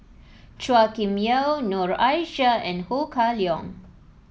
Chua Kim Yeow Noor Aishah and Ho Kah Leong